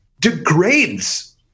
degrades